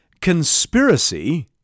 Conspiracy